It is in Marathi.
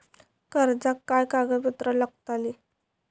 कर्जाक काय कागदपत्र लागतली?